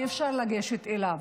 אי-אפשר לגשת אליו.